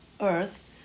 earth